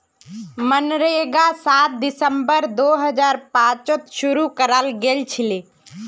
मनरेगा सात दिसंबर दो हजार पांचत शूरू कराल गेलछिले